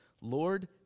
Lord